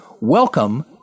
welcome